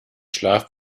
schlaf